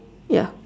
ya